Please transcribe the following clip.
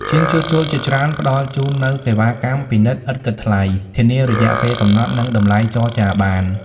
ជាងជួសជុលជាច្រើនផ្តល់ជូននូវសេវាកម្មពិនិត្យឥតគិតថ្លៃ ធានារយៈពេលកំណត់ និងតម្លៃចរចាបាន។